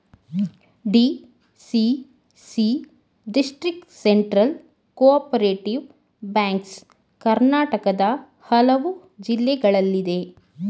DCC district central cooperative banks ಕರ್ನಾಟಕದ ಹಲವು ಜಿಲ್ಲೆಗಳಲ್ಲಿದೆ